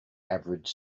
average